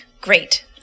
Great